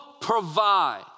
provide